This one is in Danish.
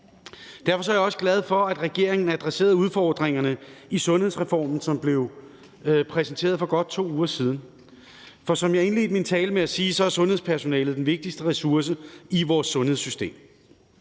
Derfor er jeg også glad for, at regeringen adresserede udfordringerne i sundhedsreformen, som blev præsenteret for godt 2 uger siden. For som jeg indledte min tale med at sige, er sundhedspersonalet den vigtigste ressource i vores sundhedssystem.